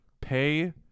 pay